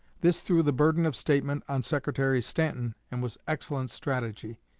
this threw the burden of statement on secretary stanton, and was excellent strategy.